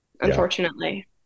Unfortunately